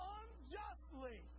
unjustly